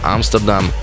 Amsterdam